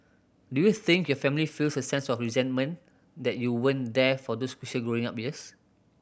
do you think your family feels a sense of resentment that you weren't there for those crucial growing up years